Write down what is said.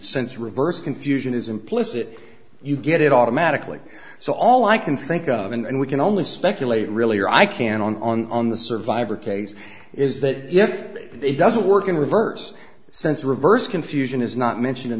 since reverse confusion is implicit you get it automatically so all i can think of and we can only speculate really or i can on the survivor case is that it doesn't work in reverse since reverse confusion is not mentioned in